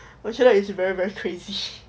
我觉得 it's very very crazy